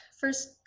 first